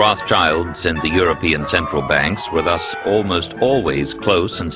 rothschilds and the european central banks with us almost always close and